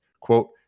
quote